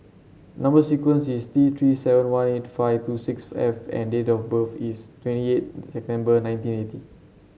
number sequence is T Three seven one eight five two six F and date of birth is twenty eight September nineteen eighty